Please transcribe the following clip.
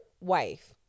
wife